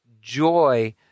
Joy